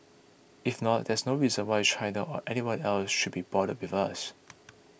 if not there's no reason why China or anyone else should be bothered with us